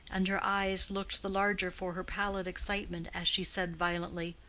and her eyes looked the larger for her pallid excitement as she said violently,